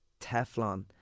Teflon